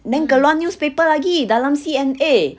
then keluar newspaper lagi dalam C_N_A